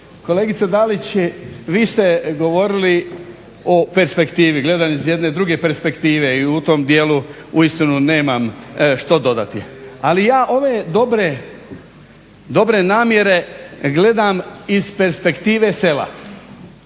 Kolegice Dalić, vi ste govorili o perspektivi, gledanje s jedne i druge perspektive i u tom dijelu uistinu nemam što dodati, ali ja ove dobre namjere gledam iz perspektive sela.